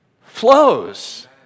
flows